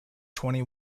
twenty